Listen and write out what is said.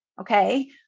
okay